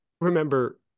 Remember